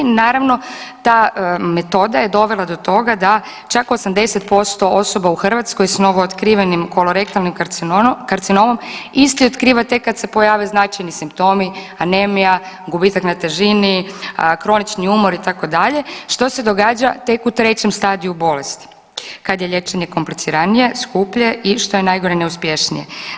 Naravno ta metoda je dovela do toga da čak 80% osoba u Hrvatskom s novootkrivenim kolorektalnim karcinom isti otkriva tek kad se pojave značajni simptomi, anemija, gubitak na težini, kronični umor itd., što se događa tek u 3 stadiju bolesti kad je liječenje kompliciranije, skuplje i što je najgore neuspješnije.